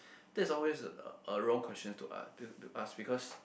that's always a wrong question to ask ask because